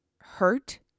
hurt